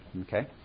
okay